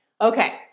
Okay